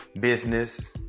business